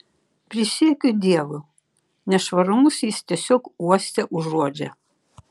prisiekiu dievu nešvarumus jis tiesiog uoste užuodžia